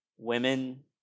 women